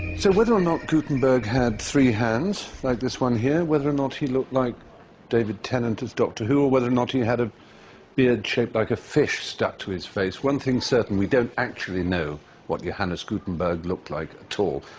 so whether or not gutenberg had three hands, like this one here, whether or not he looked like david tennant as doctor who, or whether or not he had a beard shaped like a fish stuck to his face, one thing's certain we don't actually know what johannes gutenberg looked like at all,